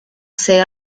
sei